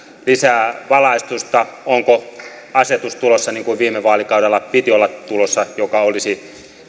lisää valaistusta onko asetus tulossa niin kuin viime vaalikaudella piti olla tulossa asetus joka olisi